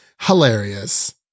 Hilarious